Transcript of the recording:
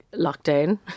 lockdown